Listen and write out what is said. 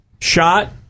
shot